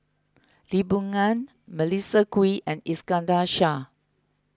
Lee Boon Ngan Melissa Kwee and Iskandar Shah